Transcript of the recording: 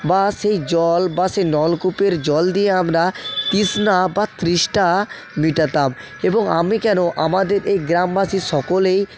বা সেই জল বা সেই নলকূপের জল দিয়ে আমরা তৃষ্ণা বা তেষ্টা মেটাতাম এবং আমি কেন আমাদের এই গ্রামবাসী সকলেই